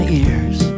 ears